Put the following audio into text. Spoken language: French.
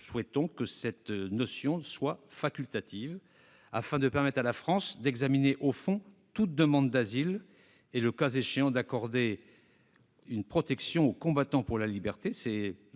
l'utilisation de cette notion soit rendue facultative, afin de permettre à la France d'examiner au fond toute demande d'asile et, le cas échéant, d'accorder une protection aux « combattants pour la liberté